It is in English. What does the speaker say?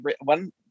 one